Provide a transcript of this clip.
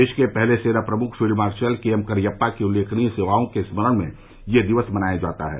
देश के पहले सेना प्रमुख field marshal K M Cariappa की उत्लेखनीय सेवाओं के स्मरण में यह दिवस मनाया जाता है